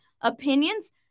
opinions